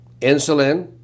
insulin